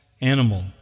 animal